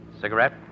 Cigarette